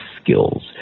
skills